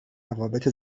روابط